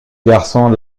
garçon